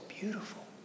beautiful